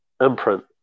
imprint